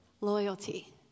Loyalty